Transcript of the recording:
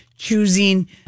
choosing